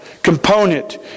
Component